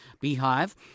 beehive